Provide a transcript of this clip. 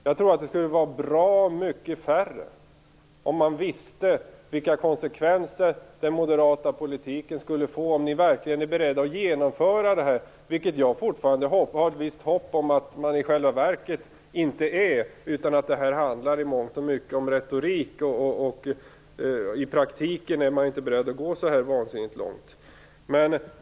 Jag tror att det skulle vara bra mycket färre om man visste vilka konsekvenser den moderata politiken skulle få om ni verkligen ville genomföra den. Jag har fortfarande ett visst hopp om att ni i själva verket inte vill det utan att det i mångt mycket handlar om retorik, att ni i praktiken inte är beredda att gå så vansinnigt långt.